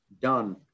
done